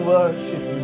Worship